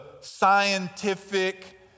scientific